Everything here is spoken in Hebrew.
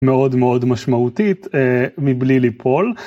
מאוד מאוד משמעותית, מבלי ליפול.